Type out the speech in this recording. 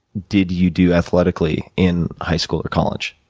did you do athletically in high school, or college?